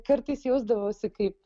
kartais jausdavausi kaip